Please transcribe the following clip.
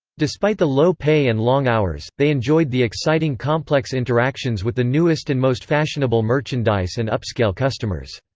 despite the low pay and long hours, they enjoyed the exciting complex interactions with the newest and most fashionable merchandise and upscale customers.